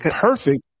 perfect